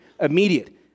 immediate